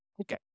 Okay